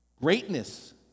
Greatness